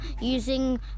using